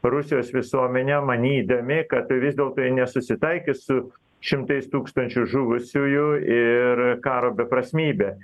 rusijos visuomenę manydami kad vis dėlto ji nesusitaikys su šimtais tūkstančių žuvusiųjų ir karo beprasmybe